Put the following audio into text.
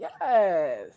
yes